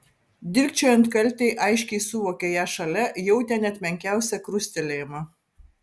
dilgčiojant kaltei aiškiai suvokė ją šalia jautė net menkiausią krustelėjimą